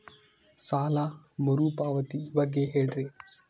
ಸಾಲ ಮರುಪಾವತಿ ಬಗ್ಗೆ ಹೇಳ್ರಿ?